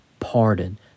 pardon